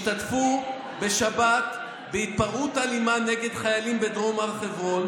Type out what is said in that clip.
השתתפו בשבת בהתפרעות אלימה נגד חיילים בדרום הר חברון,